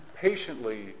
patiently